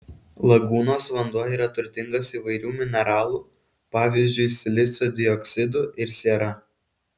lagūnos vanduo yra turtingas įvairių mineralų pavyzdžiui silicio dioksidu ir siera